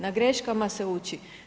Na greškama se uči.